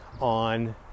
on